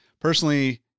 Personally